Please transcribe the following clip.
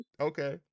Okay